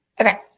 Okay